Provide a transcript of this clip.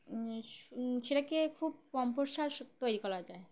সেটাকে খুব কম্পোসার তৈরি করা যায়